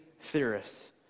theorists